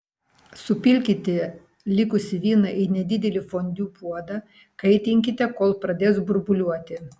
supilkite likusį vyną į nedidelį fondiu puodą kaitinkite kol pradės burbuliuoti